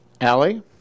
Allie